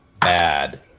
bad